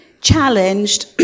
challenged